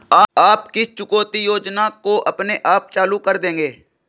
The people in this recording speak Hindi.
आप किस चुकौती योजना को अपने आप चालू कर देंगे?